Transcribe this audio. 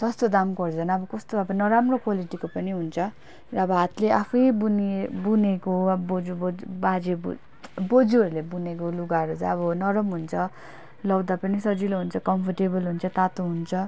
सस्तो दामकोहरू झन् अब कस्तो नराम्रो क्वालिटीको पनि हुन्छ र अब हातले आफै बुनिए बुनेको अब बोजू बोजू बाजे बो बोजूहरूले बुनेको लुगाहरू चाहिँ अब नरम हुन्छ लाउँदा पनि सजिलो हुन्छ कम्फोर्टेबल हुन्छ तातो हुन्छ